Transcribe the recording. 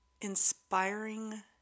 inspiring